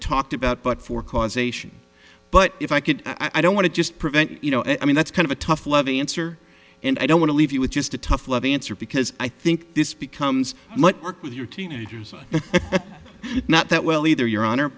talked about but for causation but if i could i don't want to just prevent you know i mean that's kind of a tough love answer and i don't want to leave you with just a tough love answer because i think this becomes much work with your teenagers not that well either your hon